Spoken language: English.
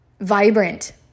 vibrant